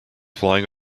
flying